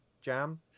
jam